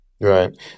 right